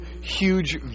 huge